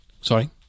sorry